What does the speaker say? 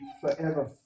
forever